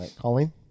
Colleen